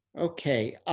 okay.